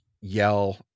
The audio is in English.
yell